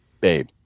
babe